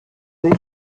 sich